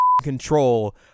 control